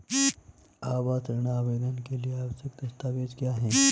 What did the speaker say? आवास ऋण आवेदन के लिए आवश्यक दस्तावेज़ क्या हैं?